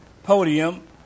Podium